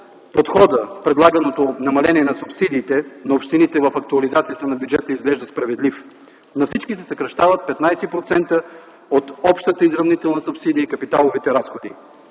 подходът в предлаганото намаление на субсидиите на общините в актуализацията на бюджета изглежда справедлив. На всички се съкращават 15% от общата изравнителна субсидия и капиталовите разходи.